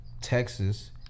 Texas